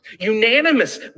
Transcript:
Unanimous